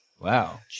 Wow